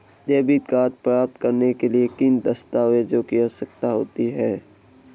Debit card प्राप्त करने के लिए किन दस्तावेज़ों की आवश्यकता होती है?